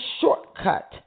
shortcut